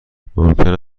ممکن